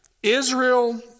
Israel